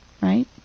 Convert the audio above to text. right